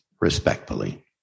respectfully